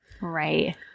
Right